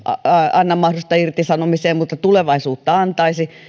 anna mahdollisuutta irtisanomiseen mutta tulevaisuudessa antaisi